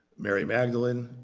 mary magdalene,